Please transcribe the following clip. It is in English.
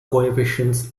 coefficients